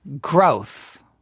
growth